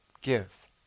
Give